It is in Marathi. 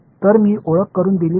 तर मी ओळख करून दिली तर